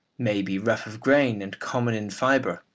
may be rough of grain and common in fibre,